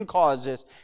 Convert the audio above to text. causes